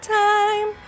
time